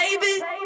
baby